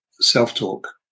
self-talk